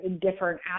different